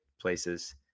places